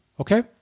Okay